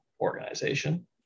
organization